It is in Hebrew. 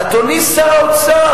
אדוני שר האוצר, אדוני שר האוצר,